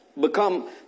become